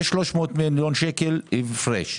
יש 300 מיליון שקל הפרש.